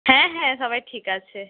হ্যাঁ হ্যাঁ সবাই ঠিক আছে